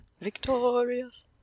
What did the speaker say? victorious